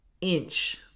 inch